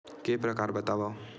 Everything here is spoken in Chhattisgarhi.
के प्रकार बतावव?